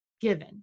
given